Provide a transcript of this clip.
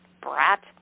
brat